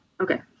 Okay